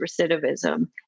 recidivism